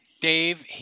Dave